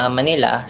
Manila